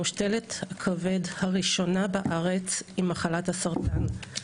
מושתלת הכבד הראשונה בארץ עם מחלת הסרטן.